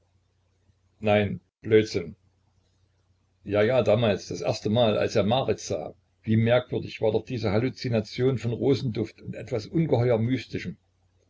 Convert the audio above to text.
nein blödsinn ja ja damals das erste mal als er marit sah wie merkwürdig war doch diese halluzination von rosenduft und etwas ungeheuer mystischem